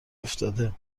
افتاده